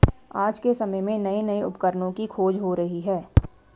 आज के समय में नये नये उपकरणों की खोज हो रही है